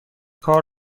کار